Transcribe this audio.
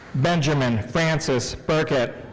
benjamin francis birkett